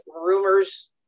rumors